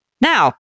Now